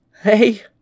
Hey